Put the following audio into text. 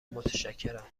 متشکرم